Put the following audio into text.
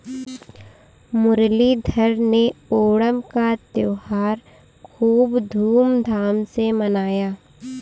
मुरलीधर ने ओणम का त्योहार खूब धूमधाम से मनाया